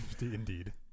Indeed